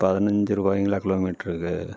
பதினஞ்சிருவாயிங்களா kilo மீட்டருக்கு